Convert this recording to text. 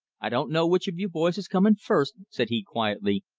i don't know which of you boys is coming first, said he quietly,